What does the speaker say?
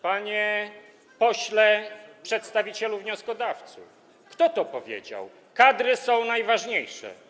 Panie pośle przedstawicielu wnioskodawców, kto to powiedział: kadry są najważniejsze?